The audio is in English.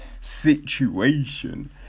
situation